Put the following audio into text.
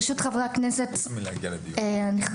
ברשות חברי הכנסת הנכבדים,